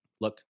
Look